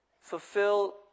fulfill